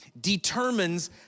determines